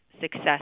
success